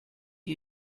her